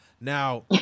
Now